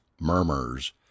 murmurs